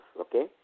okay